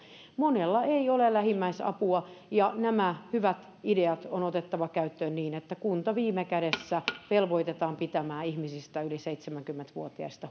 monella ei ole lähimmäisapua ja nämä hyvät ideat on otettava käyttöön niin että kunta viime kädessä velvoitetaan pitämään ihmisistä yli seitsemänkymmentä vuotiaista